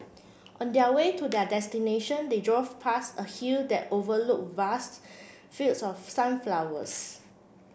on their way to their destination they drove past a hill that overlooked vast fields of sunflowers